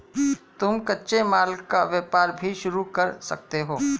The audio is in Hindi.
तुम कच्चे माल का व्यापार भी शुरू कर सकते हो